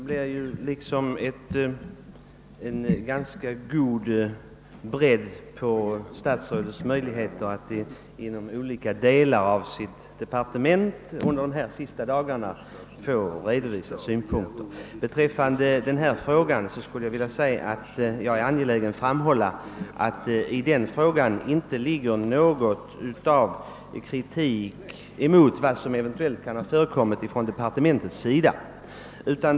Herr talman! Jag tackar för svaret. Statsrådet har ju under de senaste dagarna fått ganska goda möjligheter att redovisa synpunkter beträffande flera olika områden inom sitt departement. Jag är angelägen framhålla att i min fråga inte ligger någon kritik av vad som eventuellt kan ha gjorts från departementets sida.